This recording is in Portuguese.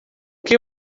que